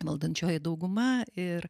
valdančioji dauguma ir